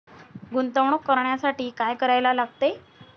गुंतवणूक करण्यासाठी काय करायला लागते?